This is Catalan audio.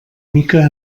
mica